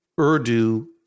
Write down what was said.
Urdu